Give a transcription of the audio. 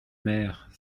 mère